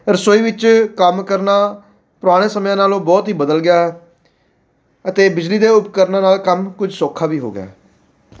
ਰਸੋਈ ਵਿੱਚ ਕੰਮ ਕਰਨਾ ਪੁਰਾਣੇ ਸਮਿਆਂ ਨਾਲੋਂ ਬਹੁਤ ਹੀ ਬਦਲ ਗਿਆ ਅਤੇ ਬਿਜਲੀ ਦੇ ਉਪਕਰਨਾਂ ਨਾਲ ਕੰਮ ਕੁਝ ਸੌਖਾ ਵੀ ਹੋ ਗਿਆ